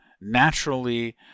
naturally